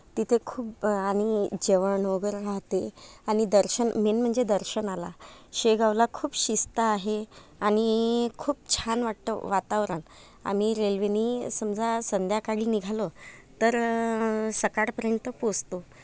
तिथे खूप आणि जेवण वगैरे राहते आणि दर्शन मेन म्हणजे दर्शनाला शेगावला खूप शिस्त आहे आणि खूप छान वाटतं वातावरण आम्ही रेल्वेनी समजा संध्याकाळी निघालो तर सकाळपर्यंत पोचतो